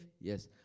Yes